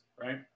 right